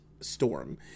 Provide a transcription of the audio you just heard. storm